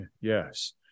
Yes